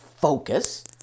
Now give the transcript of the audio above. focus